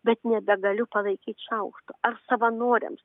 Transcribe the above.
bet nebegaliu palaikyt šaukšto ar savanoriams